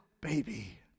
baby